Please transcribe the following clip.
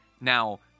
Now